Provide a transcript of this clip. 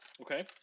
Okay